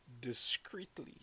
discreetly